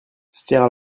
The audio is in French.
faire